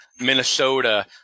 Minnesota